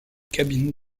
cabine